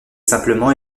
simplement